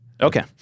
Okay